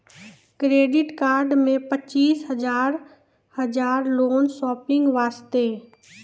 Credit card मे पचीस हजार हजार लोन शॉपिंग वस्ते?